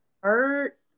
hurt